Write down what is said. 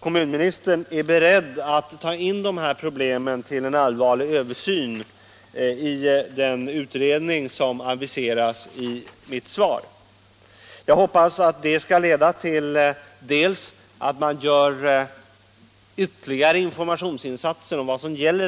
kommunministern är beredd att ta upp dessa problem till en allvarlig översyn i den utredning som aviseras i svaret. Jag hoppas att det skall leda till ytterligare informationsinsatser om vad som gäller.